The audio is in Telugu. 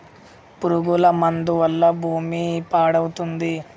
పురుగుల మందు వల్ల భూమి పాడవుతుంది